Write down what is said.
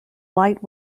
light